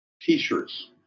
T-shirts